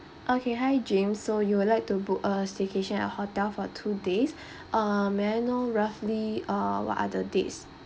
okay hi james so you would like to book a staycation at hotel for two days uh may I know roughly uh what are the dates